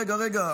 רגע, רגע.